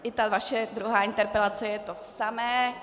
I ta vaše druhá interpelace je to samé .